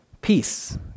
peace